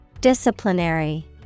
Disciplinary